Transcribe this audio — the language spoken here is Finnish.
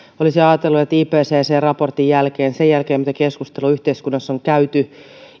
olisi ajatellut ja kuvittelisi että ipcc raportin jälkeen sen jälkeen mitä keskustelua yhteiskunnassa on käyty